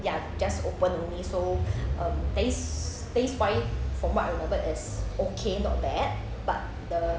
ya just open only so um taste taste wise from what I remembered is okay not bad but the